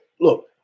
look